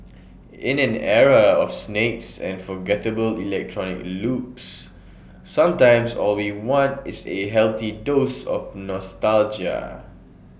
in an era of snakes and forgettable electronic loops sometimes all we want is A healthy dose of nostalgia